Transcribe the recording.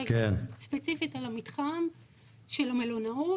ספציפית על המתחם של המלונאות